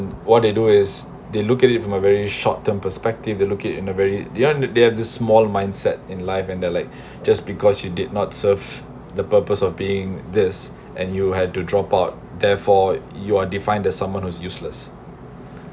what they do is they look at it from a very short term perspective they look it in a very they want they have the small mindset in life and they are like just because you did not serves the purpose of being this and you had to drop out therefore you are defined as someone who is useless